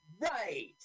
Right